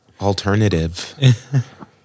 Alternative